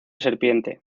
serpiente